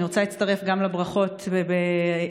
אני רוצה להצטרף גם לברכות של חברינו